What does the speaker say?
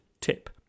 tip